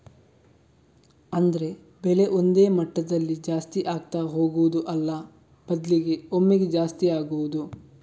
ಅಂದ್ರೆ ಬೆಲೆ ಒಂದೇ ಮಟ್ಟದಲ್ಲಿ ಜಾಸ್ತಿ ಆಗ್ತಾ ಹೋಗುದು ಅಲ್ಲ ಬದ್ಲಿಗೆ ಒಮ್ಮೆಗೇ ಜಾಸ್ತಿ ಆಗುದು